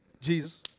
Jesus